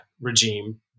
regime